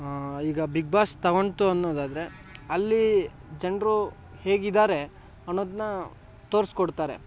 ಈಗ big boss ತಗೊಳ್ತು ಅನ್ನೋದಾದರೆ ಅಲ್ಲಿ ಜನರು ಹೇಗಿದ್ದಾರೆ ಅನ್ನೋದನ್ನ ತೋರಿಸ್ಕೊಕೊಡ್ತಾರೆ